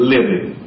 Living